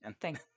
thank